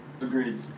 Agreed